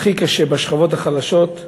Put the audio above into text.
הכי קשה בשכבות החלשות.